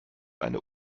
eine